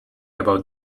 about